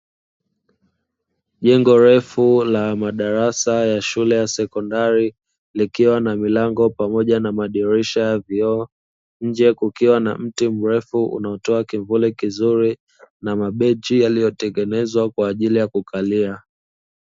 Jengo refu la madarasa ya shule ya sekondari likiwa na milango pamoja na madirisha ya vioo, nje kukiwa na mti mrefu unaotoa kivuli kizuri na mabechi yaliyo tengenezwa kwa ajili ya kukalia.